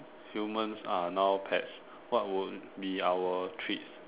humans are now pets what would be our treats